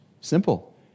Simple